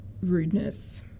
rudeness